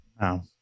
No